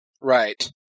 Right